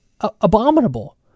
abominable